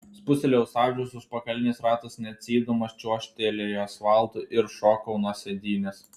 spustelėjau stabdžius užpakalinis ratas net cypdamas čiuožtelėjo asfaltu ir šokau nuo sėdynės